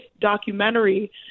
documentary –